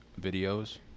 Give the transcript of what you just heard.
videos